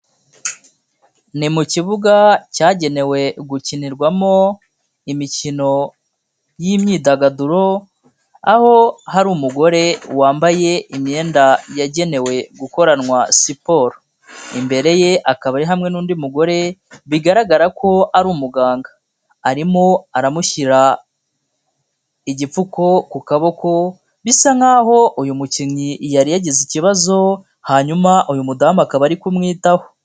Ni mu kibuga cyagenewe gukinirwamo imikino y'imyidagaduro, aho hari umugore wambaye imyenda yagenewe gukoranwa siporo. Imbere ye akaba ari hamwe n'undi mugore bigaragara ko ari umuganga. Arimo aramushyira igipfuko ku kaboko, bisa nk'aho uyu mukinnyi yari yagize ikibazo, hanyuma uyu mudamu akaba ari kumwitaho.